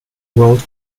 world